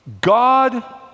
God